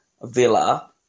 Villa